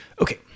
Okay